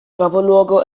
capoluogo